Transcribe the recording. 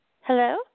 Hello